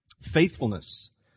Faithfulness